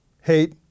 Hate